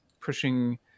pushing